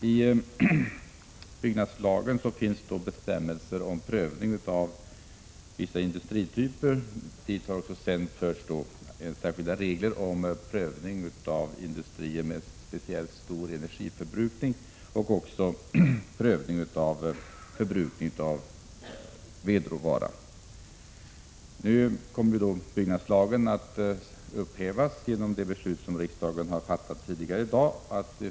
I byggnadslagen finns bestämmelser om prövning av vissa industrityper. Dit har också förts särskilda regler om prövning av industrier med speciellt stor energiförbrukning och även prövning av förbrukningen av vedråvara. Nu kommer byggnadslagen att upphävas genom det beslut som riksdagen har fattat tidigare i dag.